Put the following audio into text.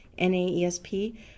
NAESP